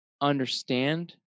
Understand